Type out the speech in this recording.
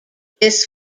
this